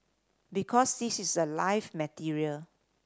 because this is a live material